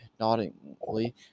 noddingly